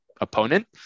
opponent